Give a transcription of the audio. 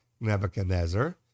Nebuchadnezzar